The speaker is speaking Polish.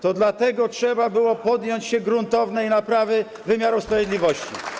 To dlatego trzeba było podjąć się gruntownej naprawy wymiaru sprawiedliwości.